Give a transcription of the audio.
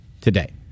today